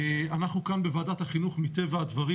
אנחנו כאן בוועדת החינוך מטבע הדברים